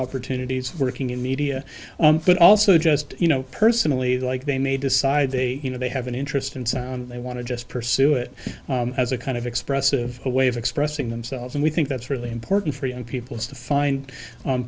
opportunities working in media but also just you know personally like they may decide they you know they have an interest and they want to just pursue it as a kind of expressive way of expressing themselves and we think that's really important for young people is to find con